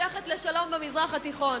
המתמשכת לשלום במזרח התיכון.